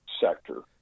sector